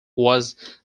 was